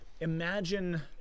Imagine